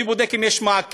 מי בודק אם יש מעקה?